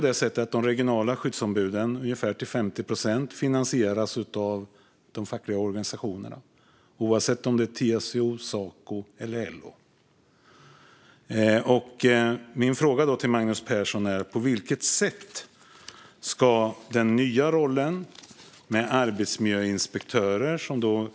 I dag finansieras de regionala skyddsombuden ungefär till 50 procent av de fackliga organisationerna, oavsett om det är TCO, Saco eller LO. Jag vill ställa en fråga till Magnus Persson.